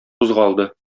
кузгалды